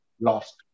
lost